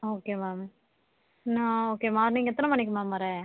okay ma'am நான் okay morning எத்தனை மணிக்கு மேம் வர